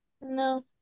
No